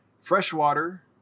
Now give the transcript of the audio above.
Freshwater